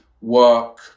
work